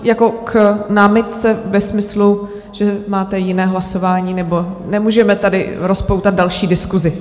Jako k námitce ve smyslu, že máte jiné hlasování nebo nemůžeme tady rozpoutat další diskusi.